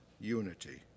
unity